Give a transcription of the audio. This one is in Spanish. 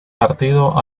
partido